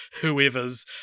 whoever's